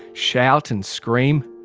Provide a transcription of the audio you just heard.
shout and scream,